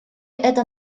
это